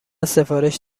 سفارش